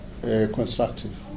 constructive